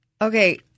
Okay